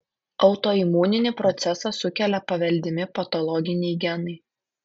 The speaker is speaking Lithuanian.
autoimuninį procesą sukelia paveldimi patologiniai genai